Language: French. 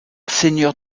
seigneur